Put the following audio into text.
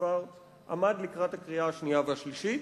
שכבר עמד לקראת הקריאה השנייה והשלישית.